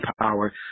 power